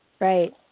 right